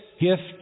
gift